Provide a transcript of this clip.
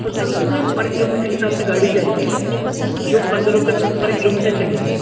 तो सर उस में पर किलोमीटर के हिसाब से गाड़ी जाएगी जो पंद्रह रुपये पर किलोमीटर चलेगी